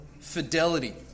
fidelity